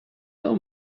know